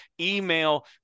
email